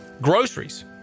Groceries